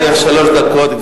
לרשותך שלוש דקות.